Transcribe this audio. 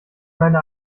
meine